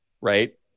right